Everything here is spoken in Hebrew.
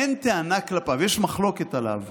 אין טענה כלפיו, יש מחלוקת עליו.